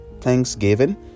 thanksgiving